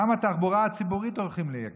גם את התחבורה הציבורית הולכים לייקר,